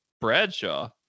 Bradshaw